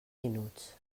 minuts